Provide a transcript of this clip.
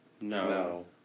No